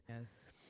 Yes